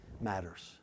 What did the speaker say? matters